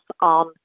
on